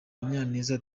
munyaneza